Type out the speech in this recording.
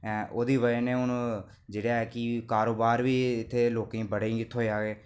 ओह्दी बजह् कन्नै हून जेह्ड़ा ऐ कि कारोबार बी लोकें गी इत्थै बड़ा थ्होएआ ऐ